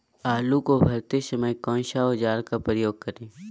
आलू को भरते समय कौन सा औजार का प्रयोग करें?